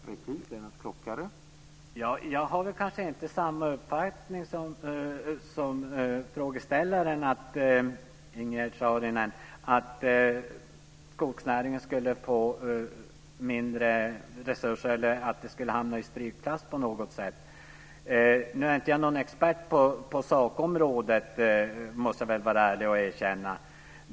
Herr talman! Jag har kanske inte samma uppfattning som frågeställaren Ingegerd Saarinen att skogsnäringen skulle få mindre resurser eller hamna i strykklass på något sätt. Nu är jag inte någon expert på sakområdet. Det måste jag vara ärlig och erkänna.